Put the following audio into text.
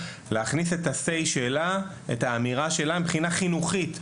להכניס את האמירה שלה מבחינה חינוכית.